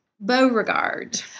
Beauregard